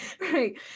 right